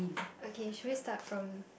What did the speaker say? okay should we start from